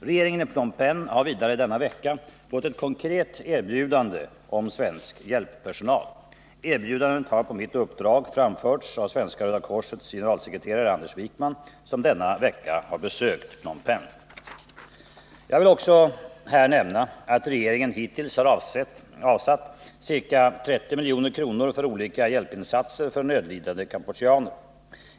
Regeringen i Phnom Penh har denna vecka fått ett konkret erbjudande om svensk hjälppersonal. Erbjudandet har på mitt uppdrag framförts av Svenska röda korsets generalsekreterare Anders Wijkman, som denna vecka har besökt Phnom Penh. Jag vill också här nämna att regeringen hittills har avsatt ca 30 milj.kr. för olika hjälpinsatser för nödlidande kampucheaner.